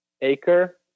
acre